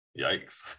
yikes